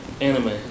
anime